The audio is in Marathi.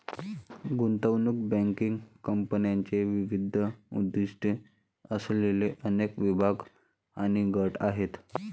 गुंतवणूक बँकिंग कंपन्यांचे विविध उद्दीष्टे असलेले अनेक विभाग आणि गट आहेत